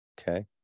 Okay